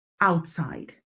outside